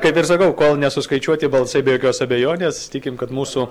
kaip ir sakau kol nesuskaičiuoti balsai be jokios abejonės tikim kad mūsų